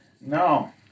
no